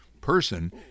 person